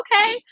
okay